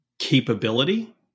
capability